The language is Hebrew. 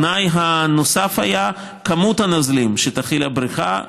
התנאי הנוסף היה כמות הנוזלים שתכיל הבריכה,